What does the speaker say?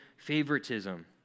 favoritism